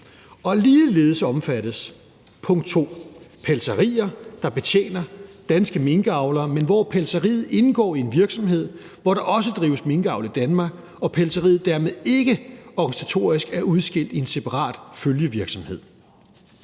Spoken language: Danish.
Ligeledes omfattes: Punkt 2: Pelserier, der betjener danske minkavlere, men hvor pelseriet indgår i en virksomhed, hvor der også drives minkavl i Danmark og pelseriet dermed ikke organisatorisk er udskilt i en separat følgeerhvervsvirksomhed.